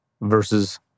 versus